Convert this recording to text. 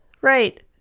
Right